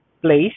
place